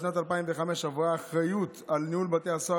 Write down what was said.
בשנת 2005 עברה האחריות לניהול בתי הסוהר